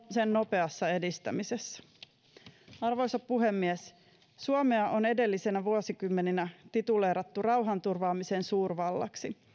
sen nopeassa edistämisessä arvoisa puhemies suomea on edellisinä vuosikymmeninä tituleerattu rauhanturvaamisen suurvallaksi